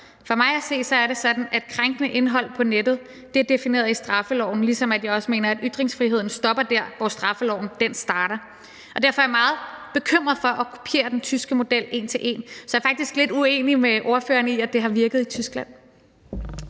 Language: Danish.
For mig at se er det sådan, at krænkende indhold på nettet er defineret i straffeloven, ligesom jeg også mener, at ytringsfriheden stopper der, hvor straffeloven starter. Og derfor er jeg meget bekymret for at kopiere den tyske model en til en. Så jeg er faktisk lidt uenig med ordføreren i, at det har virket i Tyskland.